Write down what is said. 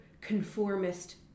conformist